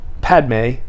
Padme